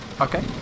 Okay